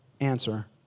Answer